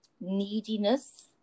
neediness